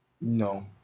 No